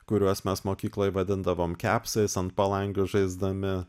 kuriuos mes mokykloj vadindavom kepsais ant palangių žaisdami